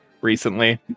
recently